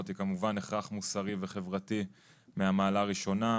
היא כמובן הכרח מוסרי וחברתי מהמעלה הראשונה.